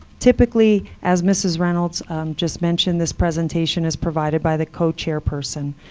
typically, as mrs. reynolds just mentioned, this presentation is provided by the co-chairperson.